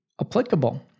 applicable